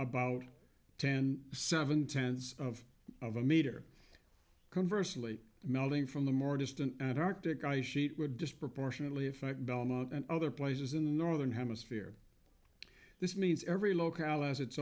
about ten seven tenths of of a meter converse late melting from the more distant and arctic ice sheet would disproportionately affect belmont and other places in the northern hemisphere this means every locale as its